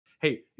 Hey